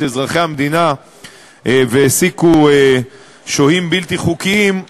אזרחי המדינה והעסיקו שוהים בלתי חוקיים,